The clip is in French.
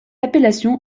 appellation